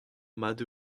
mat